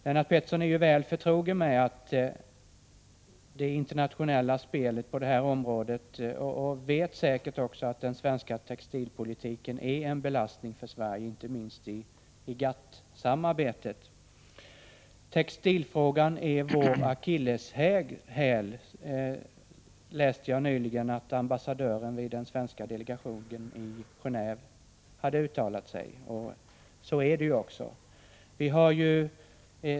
Lennart Pettersson är ju väl förtrogen med det internationella spelet på detta område och vet säkert också att den svenska textilpolitiken innebär en belastning för Sverige, inte minst i GATT-samarbetet. Jag läste nyligen att ambassadören i den svenska delegationen i Genåve hade uttalat att textilfrågan är vår akilleshäl. Så är det ju också.